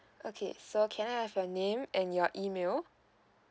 okay so can I have your name and your email